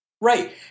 right